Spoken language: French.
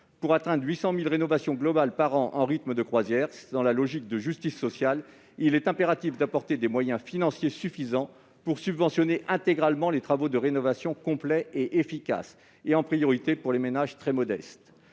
Pour atteindre 800 000 rénovations globales par an en rythme de croisière, et dans une logique de justice sociale, il est impératif d'apporter des moyens financiers suffisants pour subventionner intégralement des travaux de rénovation complets et efficaces, en priorité pour les ménages très modestes.